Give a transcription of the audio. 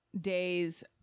days